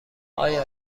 آیا